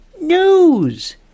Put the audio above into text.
News